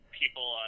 people